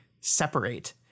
separate